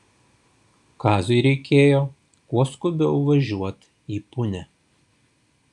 kaziui reikėjo kuo skubiau važiuot į punią